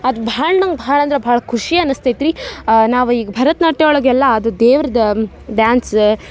ಅದು ಭಾಳ ನಂಗೆ ಭಾಳ ಅಂದ್ರೆ ಭಾಳ ಖುಷಿ ಅನಿಸ್ತೈತ್ರಿ ನಾವು ಈಗ ಭರತನಾಟ್ಯ ಒಳಗೆಲ್ಲ ಅದು ದೇವ್ರದ್ದು ಡ್ಯಾನ್ಸ